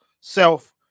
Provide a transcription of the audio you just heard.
self